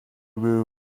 boo